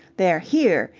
they're here!